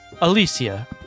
Alicia